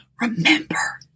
Remember